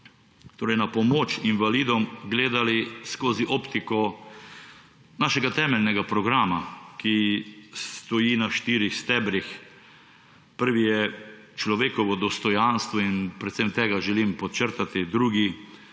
torej na pomoč invalidom, gledali skozi optiko našega temeljnega programa, ki stoji na štirih stebrih. Prvi je človekovo dostojanstvo in predvsem tega želim podčrtati. Drugi